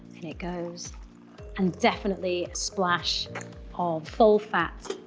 and it goes and definitely splash of full fat